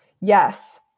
Yes